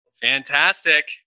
Fantastic